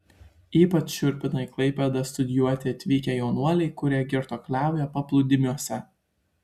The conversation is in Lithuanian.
ypač šiurpina į klaipėdą studijuoti atvykę jaunuoliai kurie girtuokliauja paplūdimiuose